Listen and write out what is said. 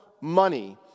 money